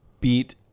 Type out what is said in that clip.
beat